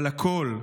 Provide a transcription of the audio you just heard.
אבל הכול,